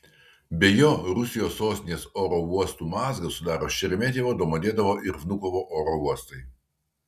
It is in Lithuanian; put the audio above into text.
be jo rusijos sostinės oro uostų mazgą sudaro šeremetjevo domodedovo ir vnukovo oro uostai